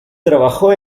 trabajó